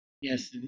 Yes